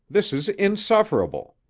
this is insufferable!